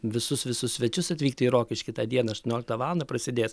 visus visus svečius atvykti į rokiškį tą dieną aštuonioliktą valandą prasidės